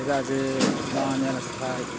ᱪᱮᱫᱟᱜ ᱡᱮ ᱱᱚᱣᱟ ᱧᱮᱞ ᱠᱷᱱ